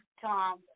Tom